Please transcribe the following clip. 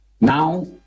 Now